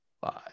five